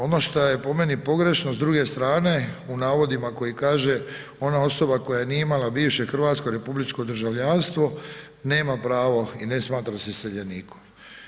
Ono šta je po meni pogrešno s druge strane u navodima koji kaže ona osoba koja nije imala bivše hrvatsko republičko državljanstvo, nema pravo i ne smatra se iseljenikom.